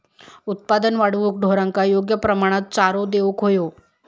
उत्पादन वाढवूक ढोरांका योग्य प्रमाणात चारो देऊक व्हयो